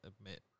admit